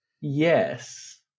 yes